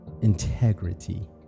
integrity